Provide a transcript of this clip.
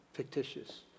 fictitious